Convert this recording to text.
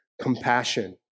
compassion